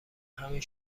همین